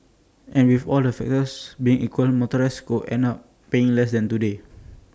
and with all the factors being equal motorists could end up paying less than today